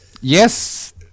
Yes